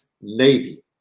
Navy